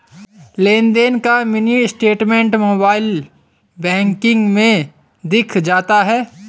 लेनदेन का mini statement mobile banking में दिख जाता है